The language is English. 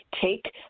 Take